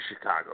Chicago